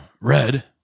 Red